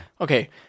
okay